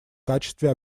качестве